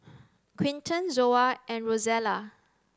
Quinton Zoa and Rozella